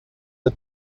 the